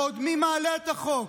ועוד מי מעלה את החוק?